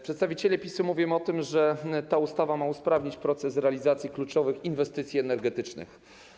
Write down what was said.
Przedstawiciele PiS mówią o tym, że ta ustawa ma usprawnić proces realizacji kluczowych inwestycji energetycznych.